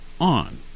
on